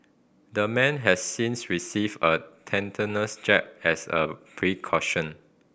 the man has since received a tetanus jab as a precaution